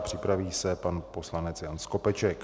Připraví se pan poslanec Jan Skopeček.